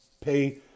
Pay